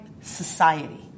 society